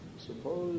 Suppose